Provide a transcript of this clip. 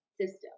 system